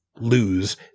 Lose